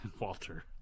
Walter